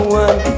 one